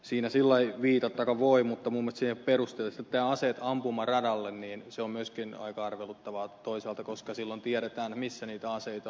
siinä silloin vika joka voi mutta mummot ja perustelut tämä aseet ampumaradalle on myöskin aika arveluttavaa toisaalta koska silloin tiedetään missä niitä aseita on